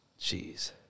Jeez